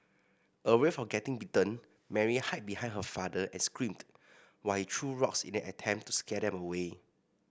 aware of getting bitten Mary hid behind her father and screamed while he threw rocks in an attempt to scare them away